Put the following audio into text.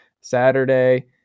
Saturday